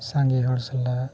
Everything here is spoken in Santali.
ᱥᱟᱸᱜᱮ ᱦᱚᱲ ᱥᱟᱞᱟᱜ